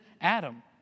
Adam